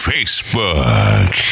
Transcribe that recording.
Facebook